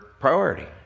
priority